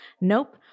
Nope